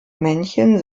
männchen